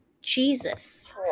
Jesus